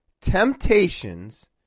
temptations